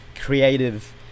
creative